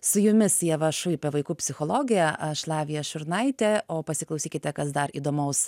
su jumis ieva šuipė vaikų psichologė aš lavija šurnaitė o pasiklausykite kas dar įdomaus